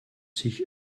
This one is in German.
sich